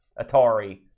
Atari